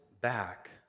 back